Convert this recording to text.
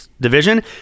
division